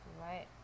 right